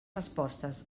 respostes